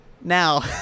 now